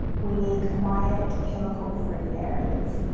we need quiet, chemical-free areas.